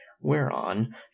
whereon